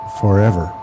forever